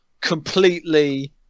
completely